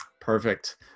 Perfect